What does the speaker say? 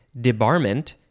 Debarment